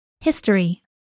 History